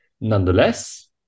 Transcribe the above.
Nonetheless